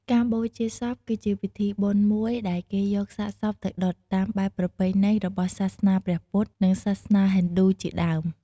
ការបូជាសព គឺជាពិធីបុណ្យមួយដែលគេយកសាកសពទៅដុត តាមបែបប្រពៃណីរបស់សាសនាព្រះពុទ្ធ និងសាសនាហិណ្ឌូ ជាដើម។